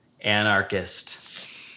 anarchist